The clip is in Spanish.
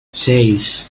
seis